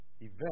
event